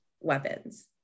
weapons